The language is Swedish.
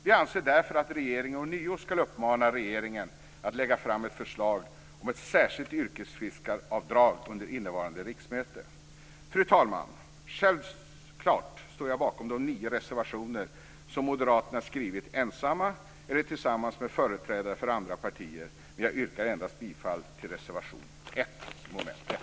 Vi anser därför att riksdagen ånyo skall uppmana regeringen att lägga fram ett förslag om ett särskilt yrkesfiskaravdrag under innevarande riksmöte. Fru talman! Självklart står jag bakom de nio reservationer som Moderaterna skrivit ensamma eller tillsammans med företrädare för andra partier, men jag yrkar bifall endast till reservation 1 under mom. 1.